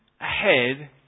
ahead